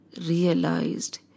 realized